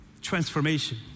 Transformation